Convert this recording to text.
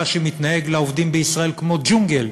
שמתנהג לעובדים בישראל כמו בג'ונגל,